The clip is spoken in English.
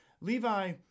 Levi